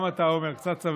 גם אתה, עמר, קצת סבלנות.